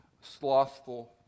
slothful